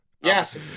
Yes